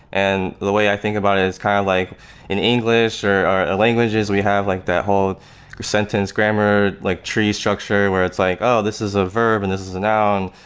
and the way i think about it is kind of like in english, or languages we have, like that whole your sentence grammar, like tree structure where it's like, oh, this is a verb and this is a noun,